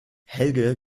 helge